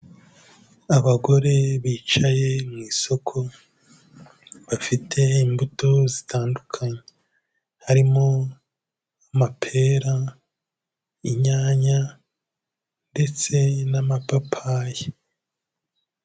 Abagore bicaye mu isoko, bafite imbuto zitandukanye. Harimo amapera, inyanya ndetse n'amapapayi.